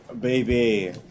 baby